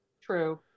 True